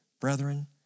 brethren